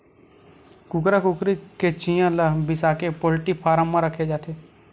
कुकरा कुकरी के चिंया ल बिसाके पोल्टी फारम म राखे जाथे